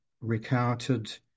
recounted